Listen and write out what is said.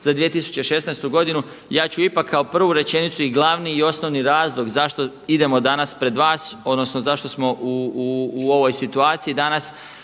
za 2016. godinu, ja ću ipak kao prvu rečenicu i glavni i osnovni razlog zašto idemo danas pred vas, odnosno zašto smo u ovoj situaciji danas